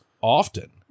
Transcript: often